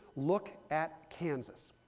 look at kansas.